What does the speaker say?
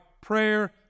prayer